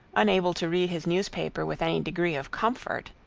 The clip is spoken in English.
unable to read his newspaper with any degree of comfort,